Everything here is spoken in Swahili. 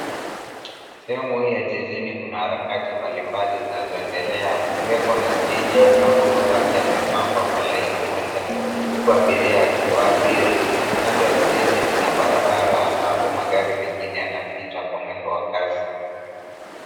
Sehemu hii ya jijini kuna harakati mbalimbali zinazoendelea na kukiweko na steji ambapo mabasi yamepangwa kwa laini moja huku abiria wakiabiri. Kando ya steji kuna barabara ambapo magari mengine yanapita kwa mwendo wa kasi.